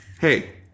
Hey